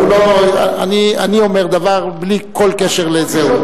אני אומר דבר בלי כל קשר לזה.